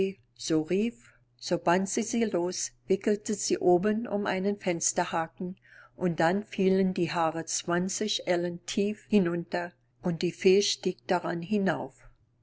so rief so band sie sie los wickelte sie oben um einen fensterhaken und dann fielen die haare zwanzig ellen tief hinunter und die fee stieg daran hinauf